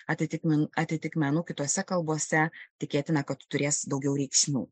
atitikmenį atitikmenų kitose kalbose tikėtina kad turės daugiau reikšmių